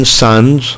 sons